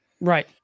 right